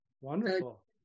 Wonderful